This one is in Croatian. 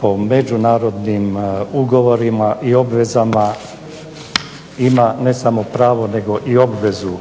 po međunarodnim ugovorima i obvezama ima ne samo pravo nego i obvezu